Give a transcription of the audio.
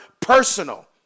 personal